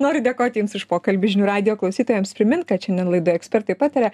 noriu dėkoti jums už pokalbį žinių radijo klausytojams primint kad šiandien laidoj ekspertai pataria